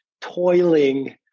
toiling